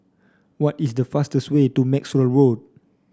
what is the fastest way to Maxwell Road